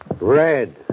Red